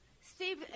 Steve